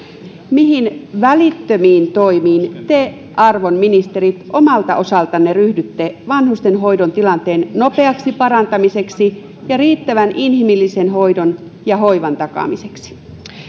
mihin välittömiin toimiin te arvon ministerit omalta osaltanne ryhdytte vanhustenhoidon tilanteen parantamiseksi nopeasti ja riittävän inhimillisen hoidon ja hoivan takaamiseksi